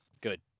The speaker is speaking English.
Good